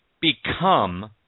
become